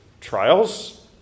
trials